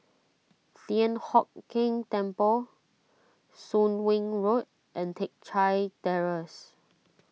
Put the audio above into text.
Thian Hock Keng Temple Soon Wing Road and Teck Chye Terrace